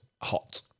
hot